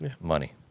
Money